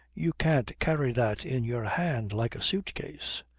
you can't carry that in your hand like a suit-case.